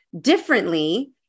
differently